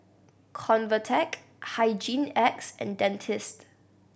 Convatec Hygin X and Dentiste